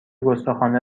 گستاخانه